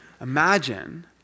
Imagine